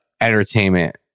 entertainment